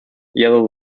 yellow